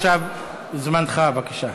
עכשיו זמנך, בבקשה.